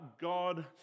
God